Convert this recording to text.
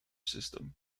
system